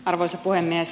arvoisa puhemies